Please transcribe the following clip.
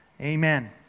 Amen